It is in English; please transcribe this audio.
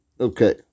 Okay